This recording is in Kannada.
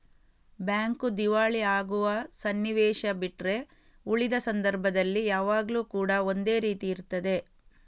ಬ್ಯಾಂಕು ದಿವಾಳಿ ಆಗುವ ಸನ್ನಿವೇಶ ಬಿಟ್ರೆ ಉಳಿದ ಸಂದರ್ಭದಲ್ಲಿ ಯಾವಾಗ್ಲೂ ಕೂಡಾ ಒಂದೇ ರೀತಿ ಇರ್ತದೆ